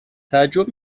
تعجب